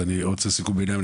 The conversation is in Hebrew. אז אני עושה סיכום ביניים,